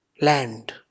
land